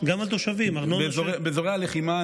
באזורי הלחימה,